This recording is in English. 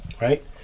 right